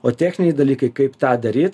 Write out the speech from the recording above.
o techniniai dalykai kaip tą daryt